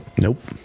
Nope